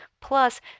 Plus